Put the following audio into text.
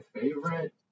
favorite